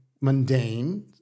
mundane